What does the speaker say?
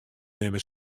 nimme